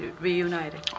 reunited